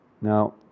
Now